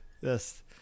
yes